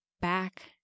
back